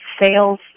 sales